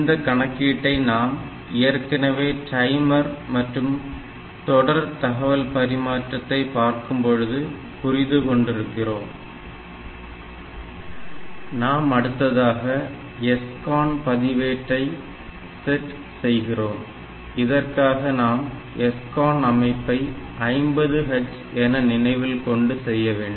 இந்த கணக்கீட்டை நாம் ஏற்கனவே டைமர் மற்றும் தொடர் தகவல் பரிமாற்றத்தை பார்க்கும்பொழுது புரிந்து கொண்டிருக்கிறோம் நாம் அடுத்ததாக SCON பதிவேட்டை செட் செய்கிறோம் இதற்காக நாம் SCON அமைப்பை 50H என நினைவில் கொண்டு செய்ய வேண்டும்